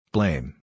Blame